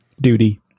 duty